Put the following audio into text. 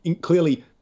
clearly